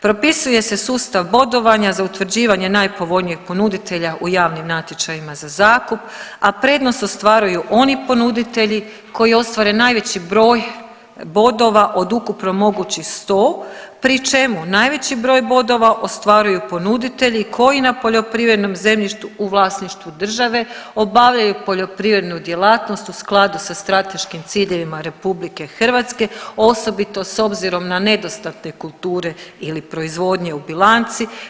Propisuje se sustav bodovanja za utvrđivanje najpovoljnijeg ponuditelja u javnim natječajima za zakup, a prednost ostvaruju oni ponuditelji koji ostvare najveći broj bodova od ukupno mogućih 100 pri čemu najveći broj bodova ostvaruju ponuditelji koji na poljoprivrednom zemljištu u vlasništvu države obavljaju poljoprivrednu djelatnost u skladu sa strateškim ciljevima RH osobito s obzirom na nedostatne kulture ili proizvodnje u bilanci.